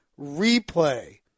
replay